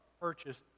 purchased